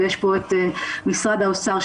ויש פה את משרד האוצר,